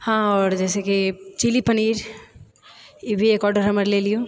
हँ आओर जैसेकी चिली पनीर ई भी एक आर्डर हमर लए लियौ